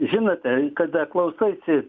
žinote kada klausaisi